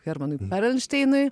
hermanui perelšteinui